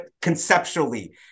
conceptually